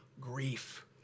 grief